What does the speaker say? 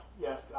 Yes